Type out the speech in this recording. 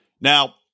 Now